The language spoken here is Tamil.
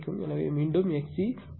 எனவே மீண்டும் XC 1ωC க்கு சமம் 102